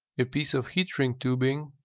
a piece of heat shrink tubing